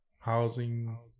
housing